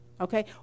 okay